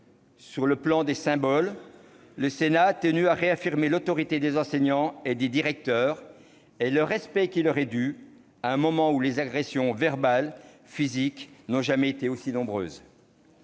Sur le plan des symboles, le Sénat a tenu à réaffirmer l'autorité des enseignants et des directeurs et le respect qui leur est dû, à un moment où les agressions, verbales et physiques, n'ont jamais été aussi nombreuses.